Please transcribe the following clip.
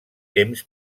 temps